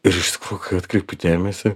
ir iš tikrųjų kai atkreipiu dėmesį